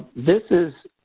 this is